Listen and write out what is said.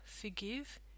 forgive